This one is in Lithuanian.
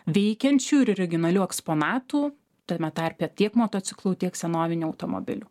veikiančių ir originalių eksponatų tame tarpe tiek motociklų tiek senovinių automobilių